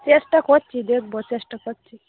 চেষ্টা করছি দেখব চেষ্টা করছি